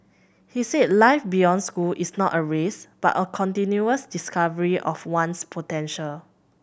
he said life beyond school is not a race but a continuous discovery of one's potential